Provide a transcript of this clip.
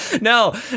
No